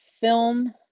film